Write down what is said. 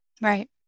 Right